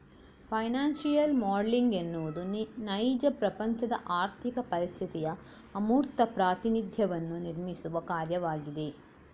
financial modelling ಎನ್ನುವುದು ನೈಜ ಪ್ರಪಂಚದ ಆರ್ಥಿಕ ಪರಿಸ್ಥಿತಿಯ ಅಮೂರ್ತ ಪ್ರಾತಿನಿಧ್ಯವನ್ನು ನಿರ್ಮಿಸುವ ಕಾರ್ಯವಾಗಿದೆ